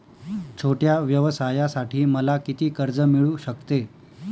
छोट्या व्यवसायासाठी मला किती कर्ज मिळू शकते?